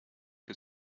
que